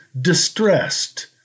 distressed